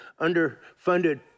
underfunded